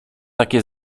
takie